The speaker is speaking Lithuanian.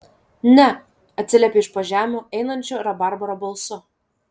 ne atsiliepė iš po žemių einančiu rabarbaro balsu